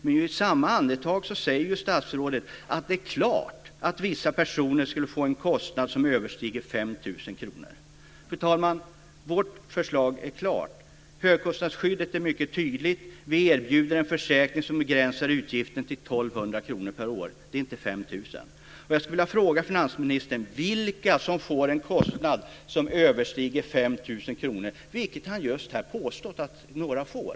Men i samma andetag säger statsrådet att det är klart att vissa personer skulle få en kostnad som överstiger 5 000 kr. Fru talman! Vårt förslag är klart. Högkostnadsskyddet är mycket tydligt. Vi erbjuder en försäkring som begränsar utgiften till 1 200 kr per år. Det är inte 5 000 kr. Jag skulle vilja fråga finansministern vilka som får en kostnad som överstiger 5 000 kr, vilket han just påstått att några får.